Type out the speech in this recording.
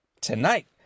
Tonight